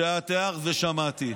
שאת הערת ושמעתי.